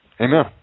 Amen